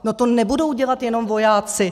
No to nebudou dělat jenom vojáci.